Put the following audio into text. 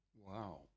Wow